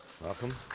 welcome